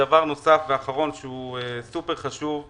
דבר נוסף ואחרון, שהוא סופר חשוב.